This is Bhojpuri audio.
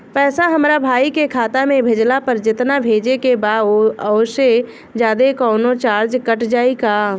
पैसा हमरा भाई के खाता मे भेजला पर जेतना भेजे के बा औसे जादे कौनोचार्ज कट जाई का?